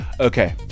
okay